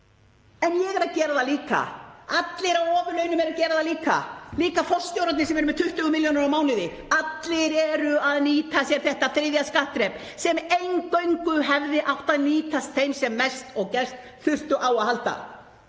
En ég er að gera það líka, allir á ofurlaunum eru að gera það líka, líka forstjórarnir sem eru með 20 milljónir á mánuði. Allir eru að nýta sér þetta þriðja skattþrep sem eingöngu hefði átt að nýtast þeim sem mest og gerst þurftu á að halda.